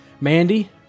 Mandy